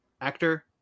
actor